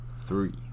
three